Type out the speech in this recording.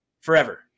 Forever